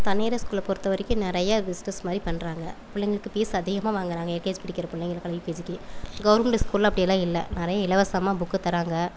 தனியாரை ஸ்கூலை பொறுத்தவரைக்கும் நிறைய பிஸ்னஸ் மாதிரி பண்ணுறாங்க பிள்ளைங்களுக்கு ஃபீஸ் அதிகமாக வாங்கிறாங்க எல்கேஜி படிக்கிற பிள்ளைங்க யுகேஜிக்கு கவுர்மெண்ட்டு ஸ்கூலில் அப்படி எல்லாம் இல்லை நிறைய இலவசமாக புக்கு தராங்க